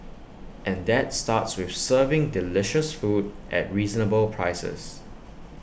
and that starts with serving delicious food at reasonable prices